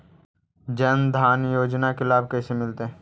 जन धान योजना के लाभ कैसे मिलतै?